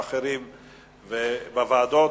ואחרים בוועדות,